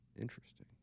Interesting